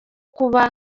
kuba